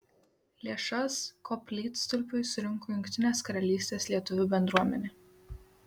lėšas koplytstulpiui surinko jungtinės karalystės lietuvių bendruomenė